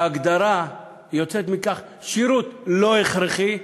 שההגדרה שיוצאת מכך, שירות לא הכרחי?